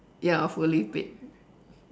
ya fully paid